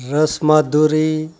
રસ માધુરી